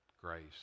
grace